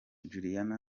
juliana